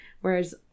Whereas